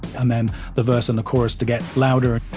and then the verse and the chorus to get louder,